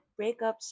breakups